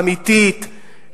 אמיתית,